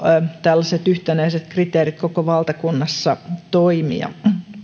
tällaiset yhtenäiset kriteerit koko valtakunnassa toimia